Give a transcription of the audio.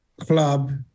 club